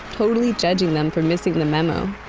totally judging them for missing the memo